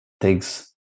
takes